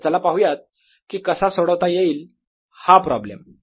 तर चला पाहूयात की कसा सोडवता येईल हा प्रॉब्लेम